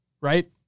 right